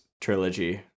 trilogy